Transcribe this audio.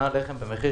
הזה.